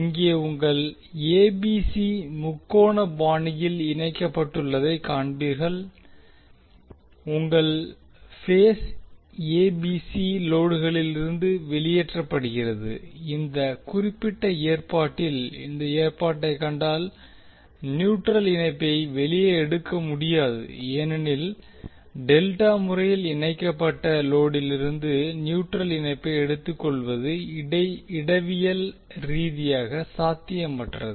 இங்கே உங்கள் ஏபிசி முக்கோண பாணியில் இணைக்கப்பட்டுள்ளதைக் காண்பீர்கள் உங்கள் பேஸ் ஏபிசி லோடுகளிலிருந்து வெளியேற்றப்படுகிறது இந்த குறிப்பிட்ட ஏற்பாட்டில் இந்த ஏற்பாட்டைக் கண்டால் நியூட்ரல் இணைப்பை வெளியே எடுக்க முடியாது ஏனெனில் டெல்டா முறையில் இணைக்கப்பட்ட லோடிலிருந்து நியூட்ரல் இணைப்பை எடுத்துக்கொள்வது இடவியல் ரீதியாக சாத்தியமற்றது